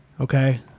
Okay